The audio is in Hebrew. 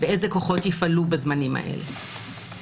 אילו כוחות יפעלו בזמנים האלה.